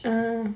uh